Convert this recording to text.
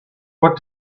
what